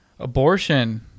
Abortion